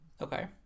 okay